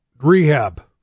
rehab